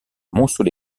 montceau